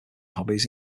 hobbies